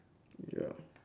ya